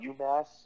UMass